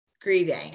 grieving